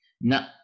no